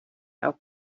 auch